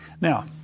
Now